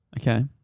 Okay